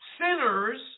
sinners